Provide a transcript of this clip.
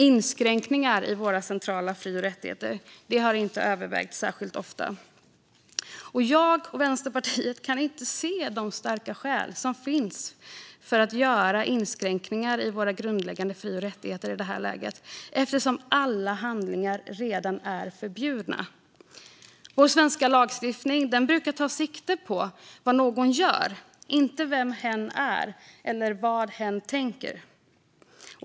Inskränkningar i våra centrala fri och rättigheter har inte övervägts särskilt ofta. Jag och Vänsterpartiet kan inte se att det finns några starka skäl för att göra inskränkningar i de grundläggande fri och rättigheterna i det här läget. Alla handlingar är ju redan förbjudna. Vår svenska lagstiftning brukar ta sikte på vad någon gör, inte vem hen är eller vad hen tänker.